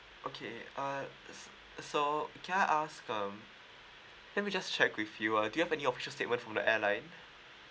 okay uh s~ so can I ask um let me just check with you uh do you have any official statement from the airline